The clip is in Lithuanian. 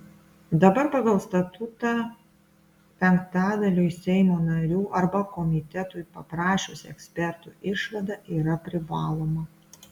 dabar pagal statutą penktadaliui seimo narių arba komitetui paprašius ekspertų išvada yra privaloma